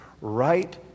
right